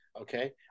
Okay